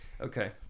Okay